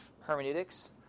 hermeneutics